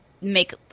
make